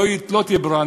לא תהיה ברירה,